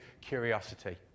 curiosity